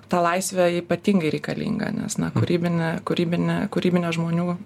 ta laisvė ypatingai reikalinga nes na kūrybinė kūrybinė kūrybinė žmonių